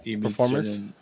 performance